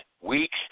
weeks